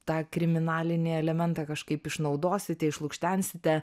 tą kriminalinį elementą kažkaip išnaudosite išlukštensite